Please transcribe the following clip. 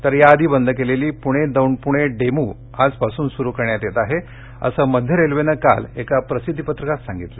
तर याआधी बंद केलेली पुणे दौंड पुणे डेमू आजपासून सुरू करण्यात येत आहे असं मध्य रेल्वेनं काल एका प्रसिद्धी पत्रकातं सांगितलं